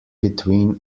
between